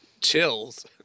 Chills